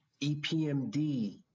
EPMD